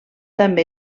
també